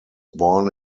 born